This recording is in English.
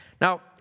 Now